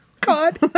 God